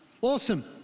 Awesome